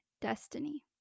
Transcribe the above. destiny